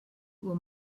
uhr